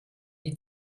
die